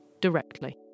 directly